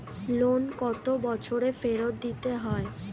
Loan কত বছরে ফেরত দিতে হয়?